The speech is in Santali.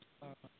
ᱚ